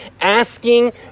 asking